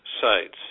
sites